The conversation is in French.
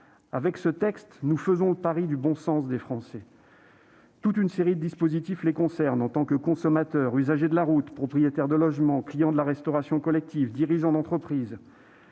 Avec ce texte, nous faisons le pari du bon sens des Français. Une série de dispositifs les concerne, en tant que consommateurs, usagers de la route, propriétaires de logement, clients de la restauration collective, dirigeants d'entreprises.